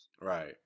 Right